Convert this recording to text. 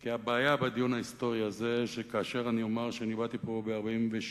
כי הבעיה בדיון ההיסטורי הזה היא שכאשר אני אומר שאני באתי הנה ב-48',